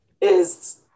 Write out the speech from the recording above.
is-